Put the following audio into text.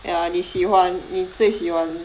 ya 你喜欢你最喜欢